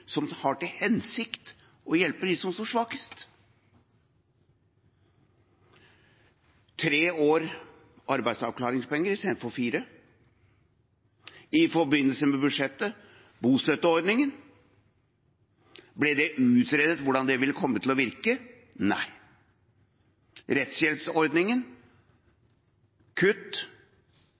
som har til hensikt å hjelpe dem som står svakest: Det ble tre år med arbeidsavklaringspenger i stedet for fire. I forbindelse med budsjettet: bostøtteordningen. Ble det utredet hvordan det vil komme til å virke? Nei. Rettshjelpsordningen: kutt.